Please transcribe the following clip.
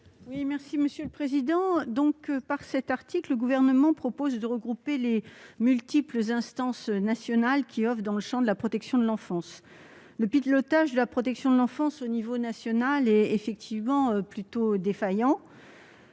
Cohen, sur l'article. Par cet article, le Gouvernement propose de regrouper les multiples instances nationales qui oeuvrent dans le champ de la protection de l'enfance. Le pilotage de la protection de l'enfance au niveau national est en effet plutôt défaillant.